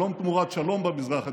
שלום תמורת שלום במזרח התיכון,